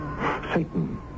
Satan